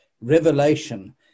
revelation